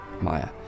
Maya